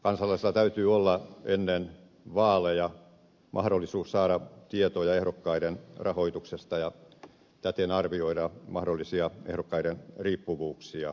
kansalaisilla täytyy olla ennen vaaleja mahdollisuus saada tietoja ehdokkaiden rahoituksesta ja täten arvioida mahdollisia ehdokkaiden riippuvuuksia